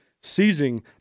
seizing